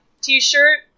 t-shirt